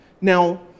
Now